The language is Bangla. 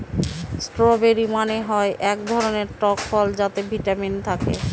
স্ট্রওবেরি মানে হয় এক ধরনের টক ফল যাতে ভিটামিন থাকে